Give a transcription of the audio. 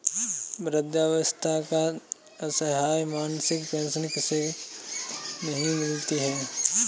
वृद्धावस्था या असहाय मासिक पेंशन किसे नहीं मिलती है?